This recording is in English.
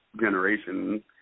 generation